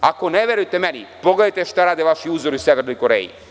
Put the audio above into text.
Ako ne verujete meni, pogledajte šta rade vaši uzori u Severnoj Koreji.